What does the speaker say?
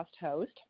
host